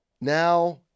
now